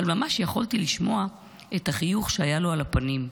אבל ממש יכולתי לשמוע את החיוך שהיה לו על הפנים.